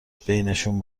بینشون